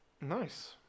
Nice